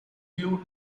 view